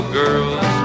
girls